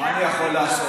מה אני יכול לעשות?